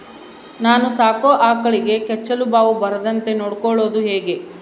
ನಾನು ಸಾಕೋ ಆಕಳಿಗೆ ಕೆಚ್ಚಲುಬಾವು ಬರದಂತೆ ನೊಡ್ಕೊಳೋದು ಹೇಗೆ?